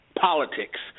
politics